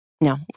No